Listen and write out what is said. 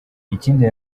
ikindi